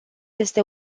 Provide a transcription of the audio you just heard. este